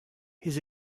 his